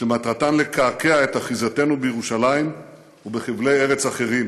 שמטרתן לקעקע את אחיזתנו בירושלים ובחבלי ארץ אחרים.